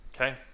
Okay